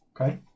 Okay